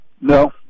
No